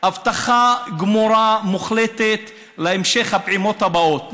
הבטחה גמורה, מוחלטת, להמשך הפעימות הבאות.